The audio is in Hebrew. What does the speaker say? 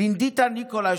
לינדיטה ניקולה,